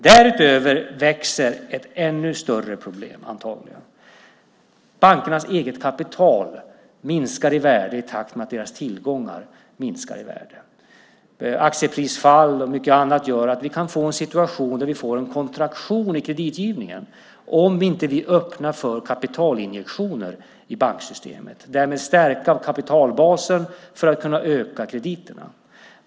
Därutöver växer antagligen ett ännu större problem. Bankernas eget kapital minskar i värde i takt med att deras tillgångar minskar i värde. Aktieprisfall och mycket annat gör att vi kan få en kontraktion i kreditgivningen om vi inte öppnar för kapitalinjektioner i banksystemet och därmed stärker kapitalbasen för att kunna öka krediterna.